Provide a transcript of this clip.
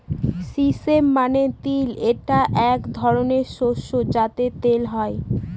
sesame মানে তিল এটা এক ধরনের শস্য যাতে তেল হয়